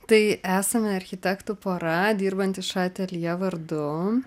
tai esame architektų pora dirbanti ša ateljė vardu